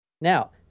Now